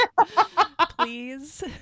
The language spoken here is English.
please